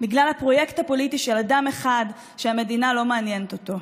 בגלל הפרויקט הפוליטי של אדם אחד שהמדינה לא מעניינת אותו.